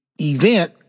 event